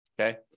okay